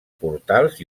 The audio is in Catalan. portals